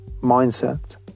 mindset